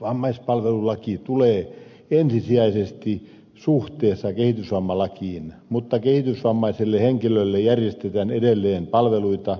vammaispalvelulaki tulee ensisijaiseksi suhteessa kehitysvammalakiin mutta kehitysvammaiselle henkilölle järjestetään edelleen palveluita